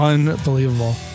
Unbelievable